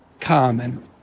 common